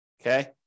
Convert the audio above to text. Okay